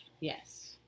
Yes